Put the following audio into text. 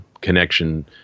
connection –